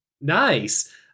nice